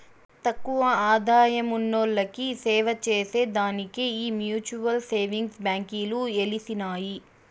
తక్కువ ఆదాయమున్నోల్లకి సేవచేసే దానికే ఈ మ్యూచువల్ సేవింగ్స్ బాంకీలు ఎలిసినాయి